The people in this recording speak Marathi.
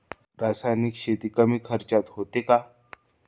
रासायनिक शेती कमी खर्चात होते का?